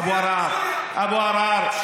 אבו עראר, אבו עראר.